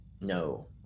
no